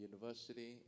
university